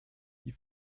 die